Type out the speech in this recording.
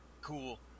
cool